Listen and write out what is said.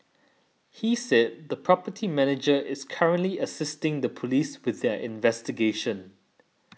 he said the property manager is currently assisting the police with their investigations